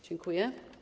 Dziękuję.